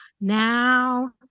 now